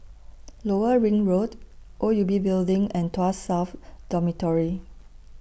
Lower Ring Road O U B Building and Tuas South Dormitory